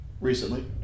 recently